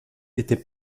étaient